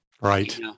Right